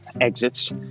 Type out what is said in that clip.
exits